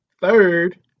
Third